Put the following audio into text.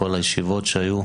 כל הישיבות שהיו,